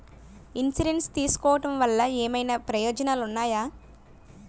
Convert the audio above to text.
Insurance తీసుకోవటం వల్ల ఏమైనా ప్రయోజనాలు ఉన్నాయా?